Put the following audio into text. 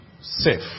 safe